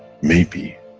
maybe,